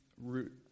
root